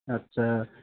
আচ্ছা